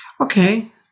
Okay